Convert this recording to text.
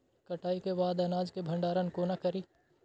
कटाई के बाद अनाज के भंडारण कोना करी?